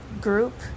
group